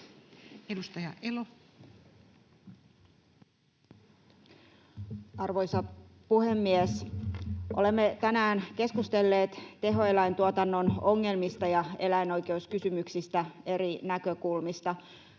Edustaja Elo. Arvoisa puhemies! Olemme tänään keskustelleet tehoeläintuotannon ongelmista ja eläinoikeuskysymyksistä eri näkökulmista.